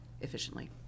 efficiently